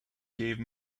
gave